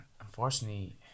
unfortunately